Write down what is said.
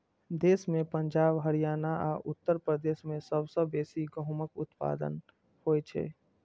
देश मे पंजाब, हरियाणा आ उत्तर प्रदेश मे सबसं बेसी गहूमक उत्पादन होइ छै